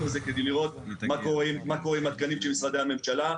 הזה כדי לראות מה קורה עם התקנים של משרדי הממשלה,